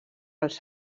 els